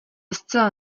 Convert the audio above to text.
zcela